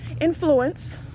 influence